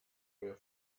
were